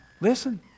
listen